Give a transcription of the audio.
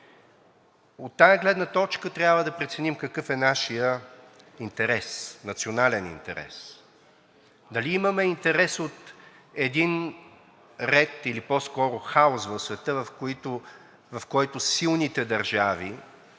От тази гледна точка трябва да преценим какъв е нашият национален интерес – дали имаме интерес от един ред, или по-скоро хаос в света, в който силните държави